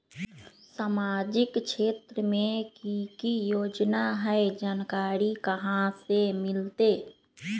सामाजिक क्षेत्र मे कि की योजना है जानकारी कहाँ से मिलतै?